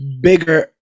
bigger